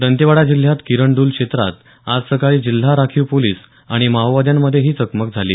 दंतेवाडा जिल्ह्यात किरणडूल क्षेत्रात आज सकाळी जिल्हा राखीव पोलीस आणि माओवाद्यांमध्ये ही चकमक झाली